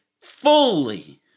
fully